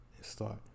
start